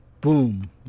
boom